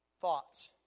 thoughts